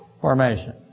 formation